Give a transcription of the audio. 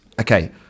Okay